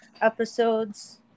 episodes